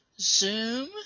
zoom